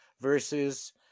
versus